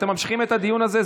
אתן ממשיכות את הדיון הזה,